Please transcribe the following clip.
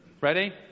Ready